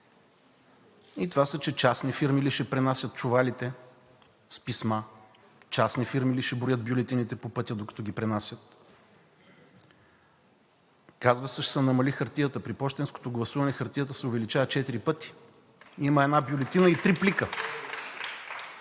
И това са, че частни фирми ли ще пренасят чувалите с писма, частни фирми ли ще броят бюлетините по пътя, докато ги пренасят? Казва се: ще се намали хартията. При пощенското гласуване хартията се увеличава четири пъти – има една бюлетина и три плика.